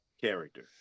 Character